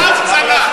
רב-צל"ש,